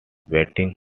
wedding